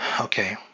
okay